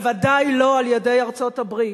בוודאי לא על-ידי ארצות-הברית.